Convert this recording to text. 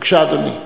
בבקשה, אדוני.